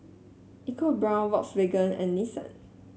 EcoBrown Volkswagen and Nissan